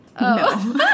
No